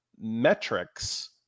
metrics